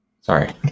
Sorry